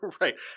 Right